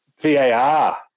VAR